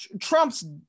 Trump's